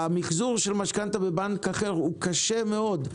המחזור של משכנתא בבנק אחר הוא קשה מאוד,